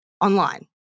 online